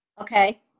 Okay